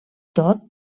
tot